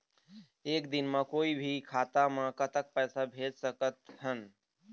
एक दिन म कोई भी खाता मा कतक पैसा भेज सकत हन?